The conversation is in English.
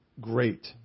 great